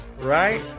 right